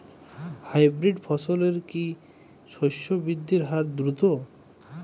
Hybrid ফসলের কি শস্য বৃদ্ধির হার দ্রুত?